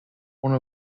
one